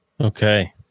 Okay